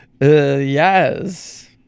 Yes